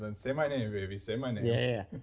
and say my name, baby. say my name yeah,